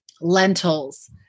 lentils